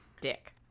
Dick